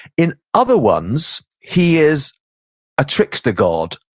in other ones, he is a trickster god,